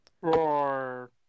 Roar